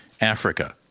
Africa